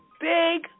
Big